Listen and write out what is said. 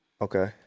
Okay